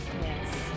Yes